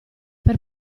per